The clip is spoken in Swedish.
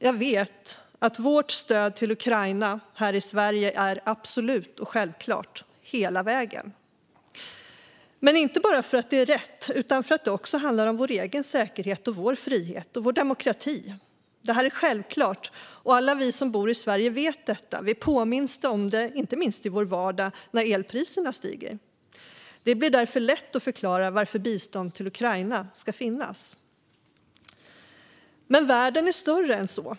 Jag vet att vårt stöd här i Sverige till Ukraina är absolut och självklart, hela vägen. Men det är inte bara för att det är rätt, utan också för att det handlar om vår egen säkerhet, vår frihet och vår demokrati. Det här är självklart. Alla vi som bor i Sverige vet detta. Vi påminns om det inte minst i vår vardag när elpriserna stiger. Det blir därför lätt att förklara varför bistånd till Ukraina ska finnas. Men världen är större än så.